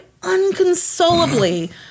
unconsolably